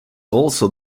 also